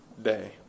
day